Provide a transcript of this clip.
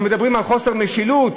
אנחנו מדברים על חוסר משילות?